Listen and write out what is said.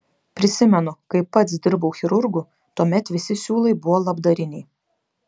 prisimenu kai pats dirbau chirurgu tuomet visi siūlai buvo labdariniai